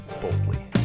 boldly